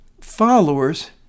followers